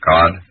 God